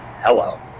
Hello